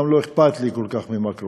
גם לא אכפת לי כל כך ממקרו-כלכלה.